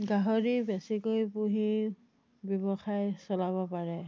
গাহৰি বেছিকৈ পুহি ব্যৱসায় চলাব পাৰে